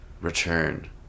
Return